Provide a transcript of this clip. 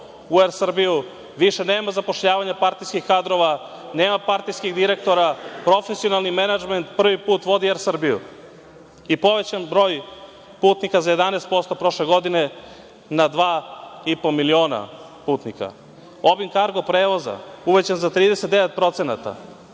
u Er Srbiju, više nema zapošljavanja partijskih kadrova, nema partijskih direktora, profesionalni menadžment prvi put vodi Er Srbiju i povećan broj putnika za 11% prošle godine na 2,5 miliona putnika. Obim kargo prevoza uvećan za 39%,